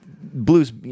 blues